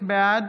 בעד